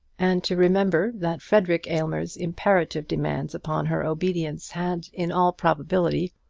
and to remember that frederic aylmer's imperative demands upon her obedience had, in all probability,